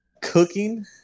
cooking